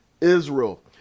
israel